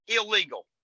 illegal